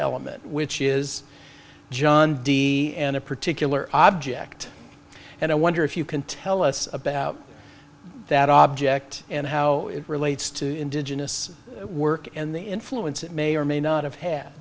element which is john d and a particular object and i wonder if you can tell us about that object and how it relates to indigenous work and the influence it may or may not have had